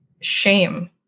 shame